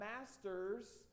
masters